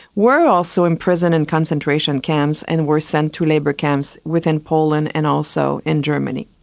were also imprisoned in concentration camps and were sent to labour camps within poland and also in germany.